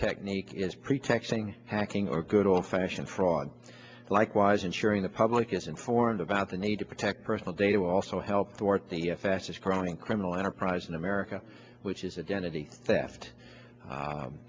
technique is pretexting hacking or good old fashioned fraud likewise ensuring the public is informed about the need to protect personal data also helped or at the fastest growing criminal enterprise in america which is a den